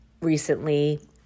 recently